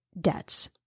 debts